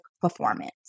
performance